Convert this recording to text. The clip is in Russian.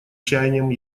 чаяниям